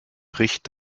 bricht